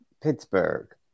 Pittsburgh